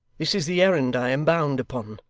this is the errand i am bound upon.